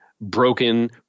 broken